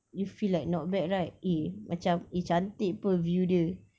you feel like not bad right eh macam eh cantik [pe] view dia